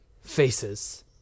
faces